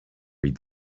read